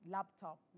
Laptop